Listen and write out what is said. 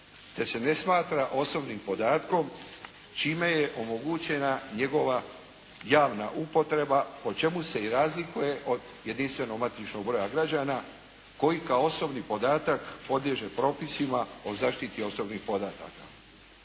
Te se ne smatra osobnim podatkom, čime je omogućena njegova javna upotreba, po čemu se i razlikuje od jedinstvenog matičnog broja građana koji kao osobni podatak podliježe propisima o zaštiti osobnih podataka.